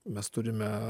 mes turime